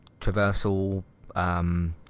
traversal